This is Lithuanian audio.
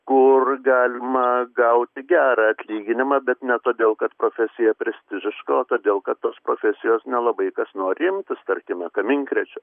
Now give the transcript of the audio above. kur galima gauti gerą atlyginimą bet ne todėl kad profesija prestižiška o todėl kad tos profesijos nelabai kas nori imtis tarkime kaminkrėčiu